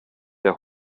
der